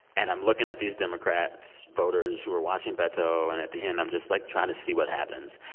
and i'm looking at these democrats voters who are watching beto. and at the end, i'm just, like, trying to see what happens.